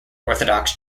orthodox